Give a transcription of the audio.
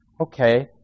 Okay